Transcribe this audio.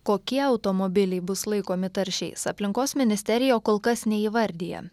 kokie automobiliai bus laikomi taršiais aplinkos ministerija kol kas neįvardija